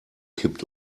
kippt